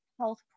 health